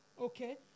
Okay